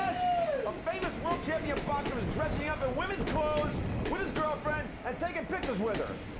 a famous world champion boxer was dressing up in women's clothes with his girlfriend and taking pictures with her.